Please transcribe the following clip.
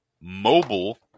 Mobile